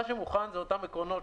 כלומר, זה בעצם אוטומטי.